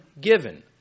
given